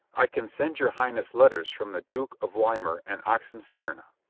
i can send your highness letters from the duke of weimar and oxenstierna.